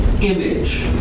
image